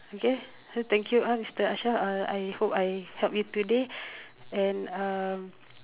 okay so thank you ah mister Ashraf uh I hope I help you today and um